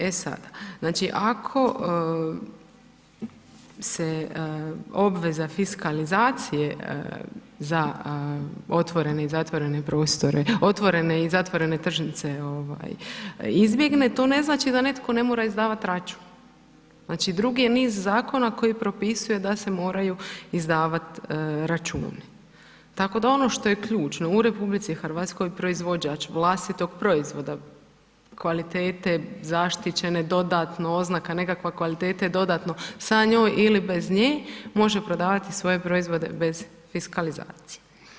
E sada, znači, ako se obveza fiskalizacije za otvorene i zatvorene prostore, otvorene i zatvorene tržnice izbjegne, to ne znači da netko ne mora izdavat račun, znači, drugi je niz zakona koji propisuju da se moraju izdavat računi, tako da ono što je ključno u RH proizvođač vlastitog proizvoda, kvalitete, zaštićene dodatno, oznaka nekakva, kvalitete dodatno, sa njom ili bez nje može prodavati svoje proizvode bez fiskalizacije.